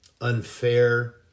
unfair